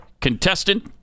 contestant